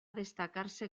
destacarse